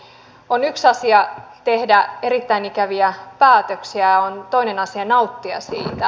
on yksi asia tehdä erittäin ikäviä päätöksiä on toinen asia nauttia siitä